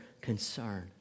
concern